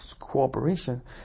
cooperation